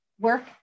work